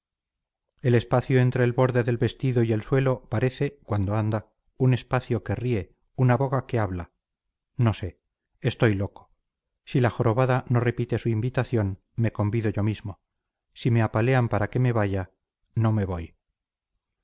el espacio entre el borde del vestido y el suelo parece cuando anda un espacio que ríe una boca que habla no sé estoy loco si la jorobada no repite su invitación me convido yo mismo si me apalean para que me vaya no me voy